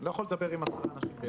חיות לא מתביישות ולא מסמיקות.